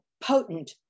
potent